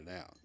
out